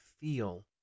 feel